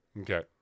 Okay